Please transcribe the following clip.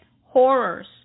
horrors